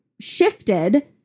shifted